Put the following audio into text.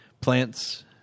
plants